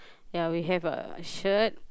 yeah we have a shirt